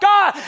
God